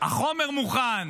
החומר מוכן,